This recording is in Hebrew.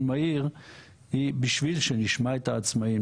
מהיר היא בשביל שנשמע את העצמאים,